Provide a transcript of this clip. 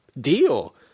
deal